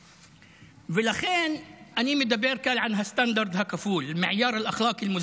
לכן אני מדבר כאן על הסטנדרט הכפול, (אומר בערבית: